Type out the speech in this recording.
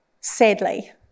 sadly